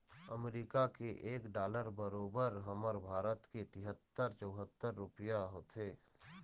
अमरीका के एक डॉलर बरोबर हमर भारत के तिहत्तर चउहत्तर रूपइया होथे